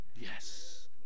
yes